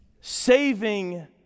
Saving